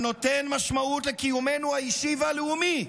הנותן משמעות לקיומנו האישי והלאומי,